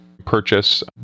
purchase